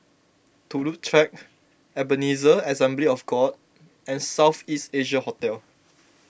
Turut Track Ebenezer Assembly of God and South East Asia Hotel